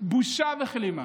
בושה וכלימה.